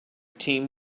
team